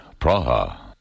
Praha